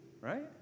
right